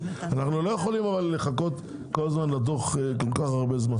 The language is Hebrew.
אנחנו לא יכולים לחכות כל הזמן לדו"ח כל כך הרבה זמן.